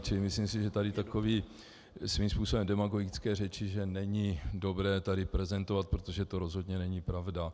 Čili myslím si, že tady takové svým způsobem demagogické řeči není dobré prezentovat, protože to rozhodně není pravda.